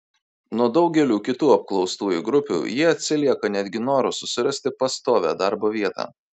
nuo daugelių kitų apklaustųjų grupių jie atsilieka netgi noru susirasti pastovią darbo vietą